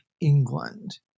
England